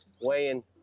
weighing